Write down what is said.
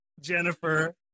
Jennifer